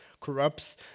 corrupts